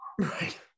Right